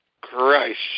Christ